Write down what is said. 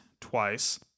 twice